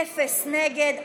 אין נגד.